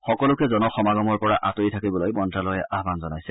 সকলোকে জনসমাগমৰ পৰা আঁতৰি থাকিবলৈ মন্ত্যালয়ে আহ্বান জনাইছে